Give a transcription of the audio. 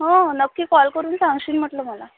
हो हो नक्की कॉल करून सांगशीन म्हटलं मला